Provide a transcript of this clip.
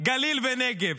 גליל ונגב.